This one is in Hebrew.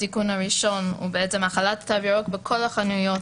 התיקון הראשון הוא החלת תו ירוק בכל החנויות